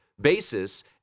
basis